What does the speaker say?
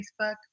Facebook